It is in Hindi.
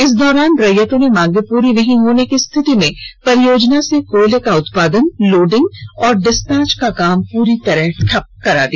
इस दौरान रैयतों ने मांगे पूरी नहीं होने की स्थिति में परियोजना से कोयले का उत्पादन लोडिंग और डिस्पैच का काम पूरी तरह ठप करा दिया